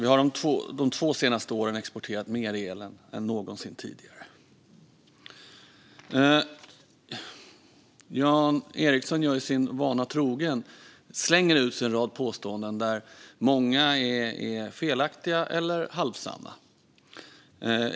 Vi har alltså de två senaste åren exporterat mer el än någonsin tidigare. Sin vana trogen slänger Jan Ericson ur sig en rad påståenden, där många är felaktiga eller halvsanna.